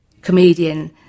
comedian